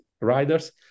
riders